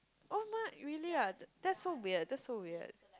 !oh my! really ah that's so weird that's so weird